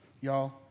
Y'all